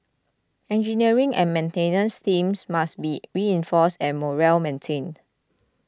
engineering and maintenance teams must be reinforced and morale maintained